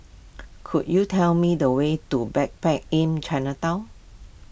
could you tell me the way to Backpackers Inn Chinatown